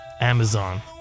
Amazon